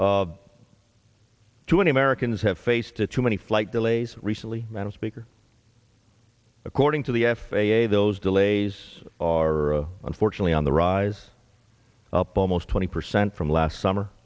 to any americans have faced it too many flight delays recently madam speaker according to the f a a those delays are unfortunately on the rise up almost twenty percent from last summer